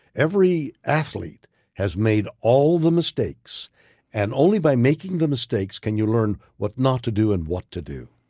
every athlete has made all the mistakes and only by making the mistakes can you learn what not to do and what to do.